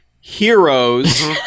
heroes